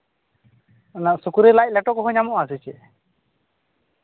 ᱚᱱᱟ ᱥᱩᱠᱨᱤ ᱞᱟᱡ ᱞᱮᱴᱚ ᱠᱚᱦᱚᱸ ᱧᱟᱢᱚᱜᱼᱟᱥᱮ ᱪᱮᱫ